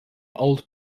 old